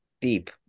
deep